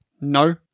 No